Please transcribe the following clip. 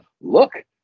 look